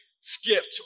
skipped